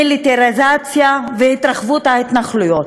מיליטריזציה והתרחבות ההתנחלויות,